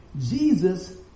Jesus